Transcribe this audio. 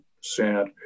sad